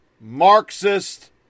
Marxist